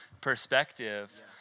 perspective